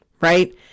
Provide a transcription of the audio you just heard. right